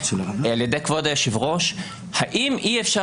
על ידי כבוד היושב ראש האם אי אפשר